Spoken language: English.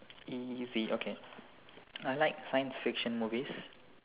easy okay I like science fiction movies